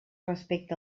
respecte